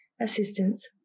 assistance